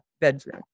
bedroom